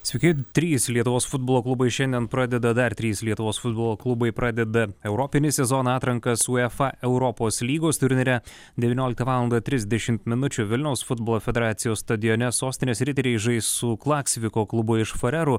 sveiki trys lietuvos futbolo klubai šiandien pradeda dar trys lietuvos futbolo klubai pradeda europinį sezoną atrankas uefa europos lygos turnyre devynioliktą valandą trisdešimt minučių vilniaus futbolo federacijos stadione sostinės riteriai žais su klaksviko klubu iš farerų